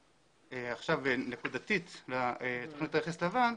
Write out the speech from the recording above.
נקודתית לתכנית רכס לבן.